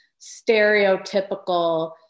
stereotypical